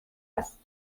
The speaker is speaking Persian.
است